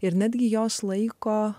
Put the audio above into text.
ir netgi jos laiko